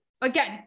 again